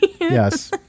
Yes